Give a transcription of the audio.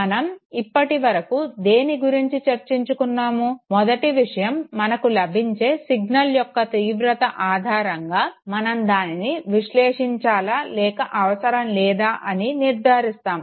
మనం ఇప్పటి వరకు దేని గురించి చర్చించుకున్నాము మొదటి విషయం మనకు లభించే సిగ్నల్ యొక్క తీవ్రత ఆధారంగా మనం దానిని విశ్లేషించాలా లేక అవసరం లేదా అని నిర్ధారిస్తాము